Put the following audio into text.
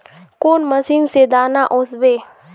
कौन मशीन से दाना ओसबे?